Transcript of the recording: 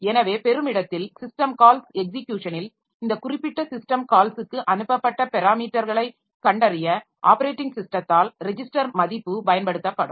எனவே பெறுமிடத்தில் system calls எக்ஸிக்யூஷனில் இந்த குறிப்பிட்ட சிஸ்டம் கால்ஸ்க்கு அனுப்பப்பட்ட பெராமீட்டர்களைக் கண்டறிய ஆப்பரேட்டிங் ஸிஸ்டத்தால் ரெஜிஸ்டர் மதிப்பு பயன்படுத்தப்படும்